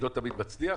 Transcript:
לא תמיד מצליח,